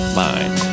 mind